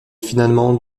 finalement